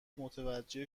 متوجه